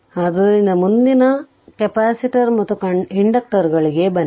ಆದ್ದರಿಂದ ಮುಂದಿನ ಕೆಪಾಸಿಟರ್ ಮತ್ತು ಇಂಡಕ್ಟರುಗಳಿಗೆ ಬನ್ನಿ